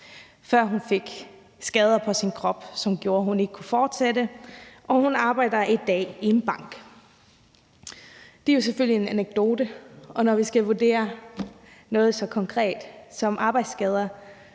før hun fik skader på sin krop, som gjorde, at hun ikke kunne fortsætte, og hun arbejder i dag i en bank. Det er selvfølgelig en anekdote, og når vi skal vurdere noget så konkret som arbejdsskader,